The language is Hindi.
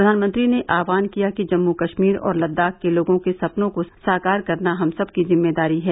प्रधानमंत्री ने आह्वान किया कि जम्मू कश्मीर और लद्दाख के लोगों के सपनों को साकार करना हम सबकी जिम्मेदारी है